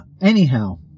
Anyhow